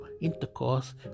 intercourse